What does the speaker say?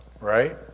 right